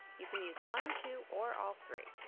you can use one, two or all three.